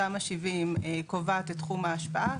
תמ"א 70 קובעת את תחום ההשפעה,